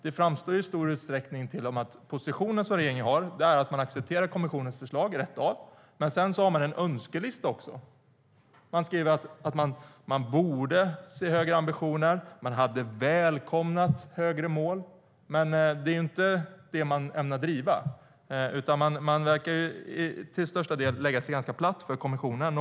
Det framstår i stor utsträckning till och med som att regeringens position är att de accepterar kommissionens förslag rakt av, men sedan har de också en önskelista. De skriver att man borde se högre ambitioner och att de hade välkomnat högre mål. Men det är inte det som de ämnar driva. Utan de verkar till största del lägga sig ganska platt för kommissionen.